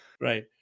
Right